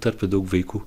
tarpe daug vaikų